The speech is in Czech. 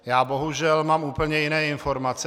Já bohužel mám úplně jiné informace.